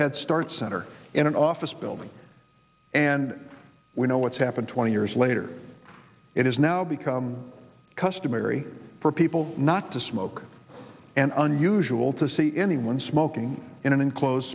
head start center in an office building and we know what's happened twenty years later it has now become customary for people not to smoke and unusual to see anyone smoking in an enclosed